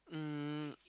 um